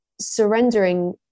surrendering